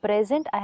Present